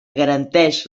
garanteix